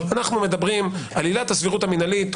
אנחנו מדברים על עילת הסבירות המינהלית,